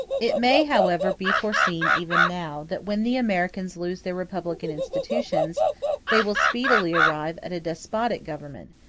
it may, however, be foreseen even now, that when the americans lose their republican institutions they will speedily arrive at a despotic government,